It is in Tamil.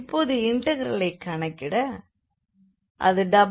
இப்போது இன்டக்ரலைக் கணக்கிட அது ∬Rex2y2dydx